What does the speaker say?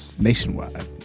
nationwide